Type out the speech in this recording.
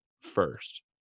first